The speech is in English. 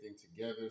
together